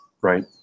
right